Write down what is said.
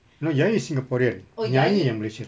no yayi is singaporean nyai yang malaysian